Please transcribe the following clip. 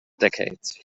decades